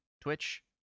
twitch